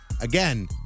Again